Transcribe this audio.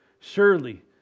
Surely